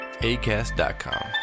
ACAST.com